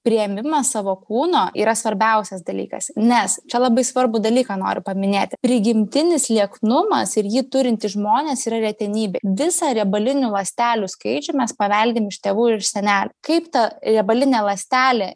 priėmimas savo kūno yra svarbiausias dalykas nes čia labai svarbų dalyką noriu paminėti prigimtinis lieknumas ir jį turintys žmonės yra retenybė visą riebalinių ląstelių skaičių mes paveldim iš tėvų ir senelių kaip ta riebalinė ląstelė